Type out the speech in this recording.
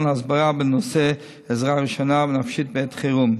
הסברה בנושא עזרה ראשונה נפשית בעת חירום.